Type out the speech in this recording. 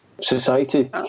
society